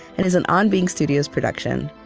and is an on being studios production.